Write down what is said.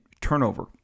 turnover